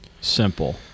simple